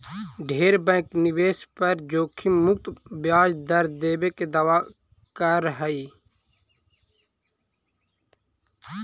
ढेर बैंक निवेश पर जोखिम मुक्त ब्याज दर देबे के दावा कर हई